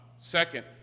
Second